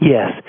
Yes